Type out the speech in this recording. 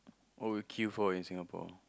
what would you queue for in Singapore